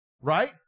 Right